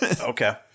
Okay